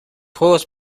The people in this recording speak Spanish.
juegos